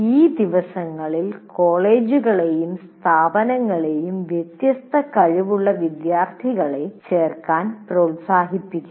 ഈ ദിവസങ്ങളിൽ കോളേജുകളെയും സ്ഥാപനങ്ങളെയും വ്യത്യസ്ത കഴിവുള്ള വിദ്യാർത്ഥികളെ ചേർക്കാൻ പ്രോത്സാഹിപ്പിക്കുന്നു